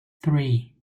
three